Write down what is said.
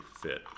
fit